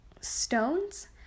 stones